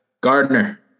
Gardner